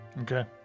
Okay